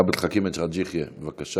עבד אל חכים חאג' יחיא, בבקשה.